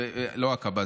לא עקבה,